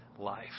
life